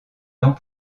dents